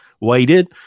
waited